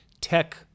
Tech